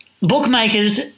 bookmakers